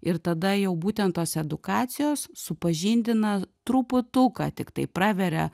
ir tada jau būtent tos edukacijos supažindina truputuką tiktai praveria